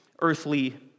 earthly